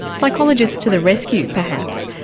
psychologist to the rescue perhaps.